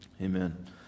Amen